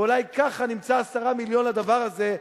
ואולי ככה נמצא 10 מיליון לדבר הזה,